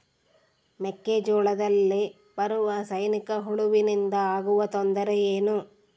ಮೆಕ್ಕೆಜೋಳದಲ್ಲಿ ಬರುವ ಸೈನಿಕಹುಳುವಿನಿಂದ ಆಗುವ ತೊಂದರೆ ಏನು?